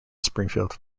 springfield